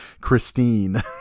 Christine